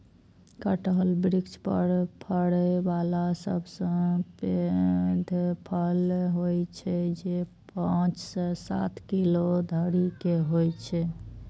कटहल वृक्ष पर फड़ै बला सबसं पैघ फल होइ छै, जे पांच सं सात किलो धरि के होइ छै